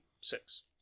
six